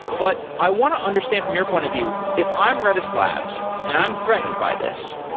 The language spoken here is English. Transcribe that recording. but i want to understand from your point of view, if i'm redis labs and i'm threatened by this,